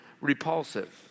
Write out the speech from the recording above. repulsive